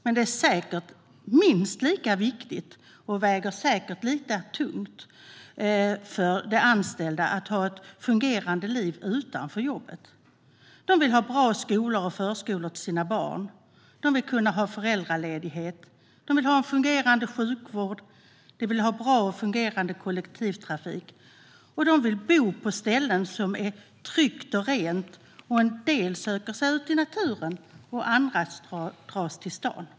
Men det är säkert minst lika viktigt, och det väger säkert minst lika tungt, för de anställda att ha ett fungerande liv utanför jobbet. De vill ha bra skolor och förskolor till sina barn. De vill kunna ha föräldraledighet, de vill ha en fungerande sjukvård och de vill ha bra och fungerande kollektivtrafik. De vill bo på ställen där det är tryggt och rent. En del söker sig ut i naturen, och andra dras till staden.